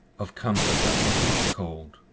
of comfort that was not cold,